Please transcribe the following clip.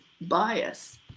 bias